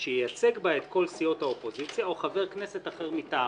"שייצג בה את כל סיעות האופוזיציה או חבר כנסת אחר מטעמה".